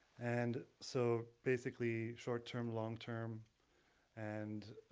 and so basically, short-term, long-term and